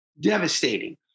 Devastating